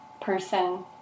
person